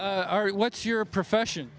do what's your profession